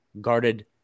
guarded